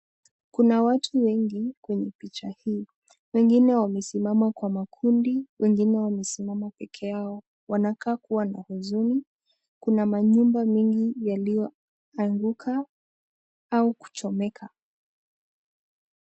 Kuna watu wengi kwenye picha hii. Wengine wamesimama kwa makundi, wengine wamesimama peke yao, wanakaa kuwa na huzuni. Kuna manyumba mingi yaliyoanguka au kuchomeka.